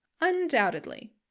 Undoubtedly